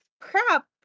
crap